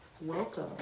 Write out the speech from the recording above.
welcome